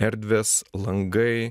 erdvės langai